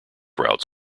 routes